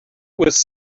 was